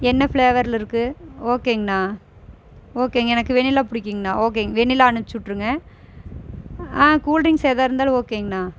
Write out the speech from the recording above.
என்ன ஃபிளேவர்ல இருக்குது ஓகேங்கணா ஓகே எனக்கு வெண்ணிலா பிடிக்குங்ணா ஓகேங்க வெண்ணிலா அனுப்புச்சுவிட்ருங்க கூல் ட்ரிங்க்ஸ் எதாகருந்தாலும் ஓகேங்கணா